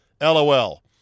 LOL